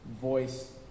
voice